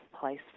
place